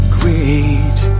great